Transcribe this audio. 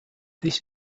this